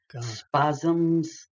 spasms